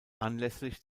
anlässlich